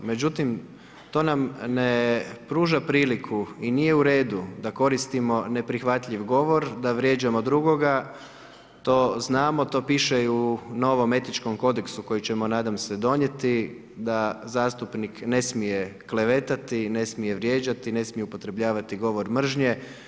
Međutim, to nam ne pruža priliku i nije u redu, da koristimo neprihvatljiv govor, da vrijeđamo drugoga, to znamo i to piše i u novom etičkom kodeksu, koji ćemo nadam se donijeti, da zastupnik ne smije klevetati, ne smije vrijeđati, ne smije upotrebljavati govor mržnje.